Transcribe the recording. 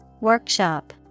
Workshop